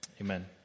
Amen